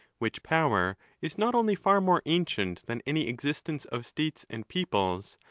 which power is not only far more ancient than any existence of states and peoples,